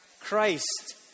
Christ